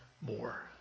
more